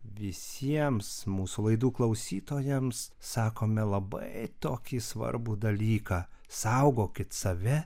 visiems mūsų laidų klausytojams sakome labai tokį svarbų dalyką saugokit save